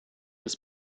des